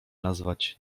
nazwać